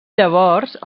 llavors